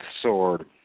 sword